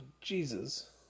Jesus